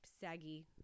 saggy